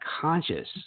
conscious